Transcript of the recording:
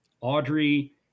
Audrey